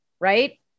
right